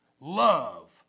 Love